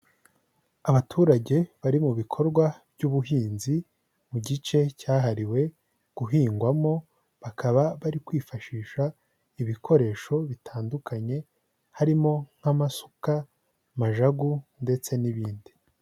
Abaturage bari mu bikorwa by'ubuhinzi mu gice cyahariwe guhingwamo, bakaba bari kwifashisha ibikoresho bitandukanye, harimo nk'amasuka, majagu ndetse n'ibindi.